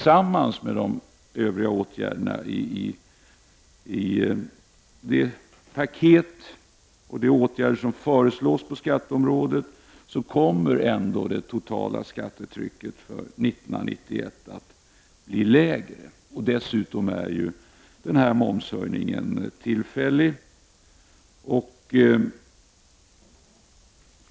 Sammantaget, med de övriga åtgärderna i paketet och de åtgärder som föreslås på skatteområdet, kommer ändå det totala skattetrycket för 1991 att bli lägre. Dessutom är momshöjningen tillfällig.